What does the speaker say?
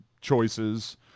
choices